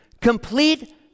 complete